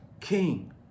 king